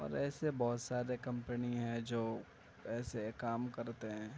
اور ایسے بہت سارے کمپنی ہے جو ایسے کام کرتے ہیں